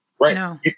right